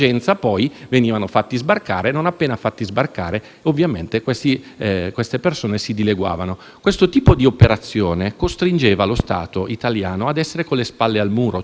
Questo tipo di operazione costringeva lo Stato italiano ad essere con le spalle al muro, cioè a scegliere tra il naufragio e la perdita di vite umane in mare e l'accesso indiscriminato nel nostro Paese.